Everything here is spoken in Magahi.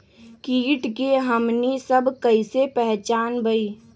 किट के हमनी सब कईसे पहचान बई?